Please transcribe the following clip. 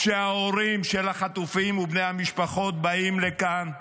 כשההורים של החטופים ובני המשפחות באים לכאן,